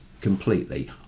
completely